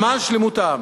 למען שלמות העם.